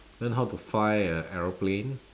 learn how to fly a aeroplane